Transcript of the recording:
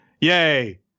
Yay